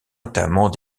notamment